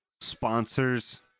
sponsors